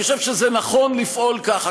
אני חושב שזה נכון לפעול ככה,